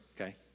Okay